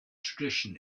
tradition